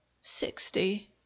Sixty